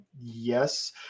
yes